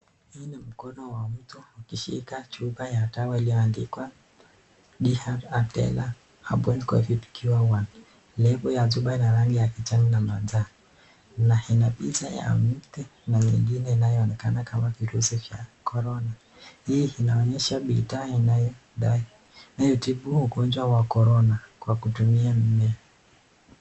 Hii ni mkono wa mtu akishika chupa ya dawa iliyoandikwa Dr. Abbdellah herbal Covid Cure 1. Lebo ya chupa ina rangi ya kijani na manjano na ina picha ya mti na nyingine inayoonekana kama virusi vya corona. Hii inaonyesha bidhaa inayodai kutibu ugonjwa wa Corona kwa kutumia mimea.